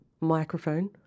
microphone